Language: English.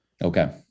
Okay